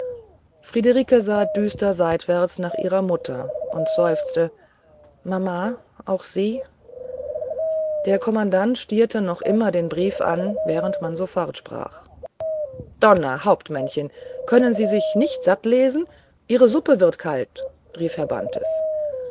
friederike sah düster seitwärts nach ihrer mutter und seufzte mama auch sie der kommandant stierte noch immer den brief an während man so fortsprach donner hauptmännchen können sie sich nicht satt lesen ihre suppe wird kalt rief herr bantes